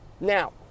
Now